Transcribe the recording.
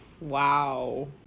wow